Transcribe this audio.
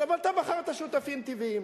אבל אתה בחרת "שותפים טבעיים".